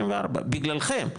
בגללכם,